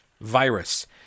virus